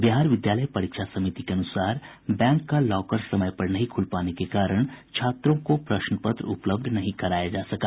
बिहार विद्यालय परीक्षा समिति के अनुसार बैंक का लॉकर समय पर नहीं खूल पाने के कारण छात्रों को प्रश्न पत्र उपलब्ध नहीं कराया जा सका